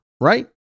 right